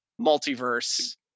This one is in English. multiverse